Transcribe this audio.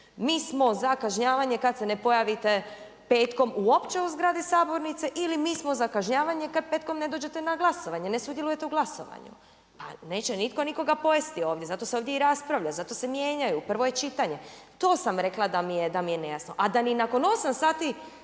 mi smo za kažnjavanje kada se ne pojavite petkom uopće u zgradi sabornice ili mi smo za kažnjavanje kada petkom ne dođete na glasovanje, ne sudjelujete u glasovanju. Pa neće nitko nikoga pojesti ovdje, zato se ovdje i raspravlja, zato se mijenjaju, prvo je čitanje. To sam rekla da mi je nejasno a da ni nakon 8 sati